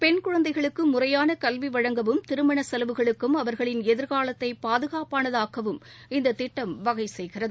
பெண் குழந்தைகளுக்கு முறையான கல்வி வழங்கவும் திருமண கெலவுகளுக்கும் அவர்களின் எதிர்காலத்தை பாதுகாப்பானதாக்கவும் இந்த திட்டம் வகை செய்கிறது